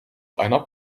einer